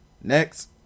Next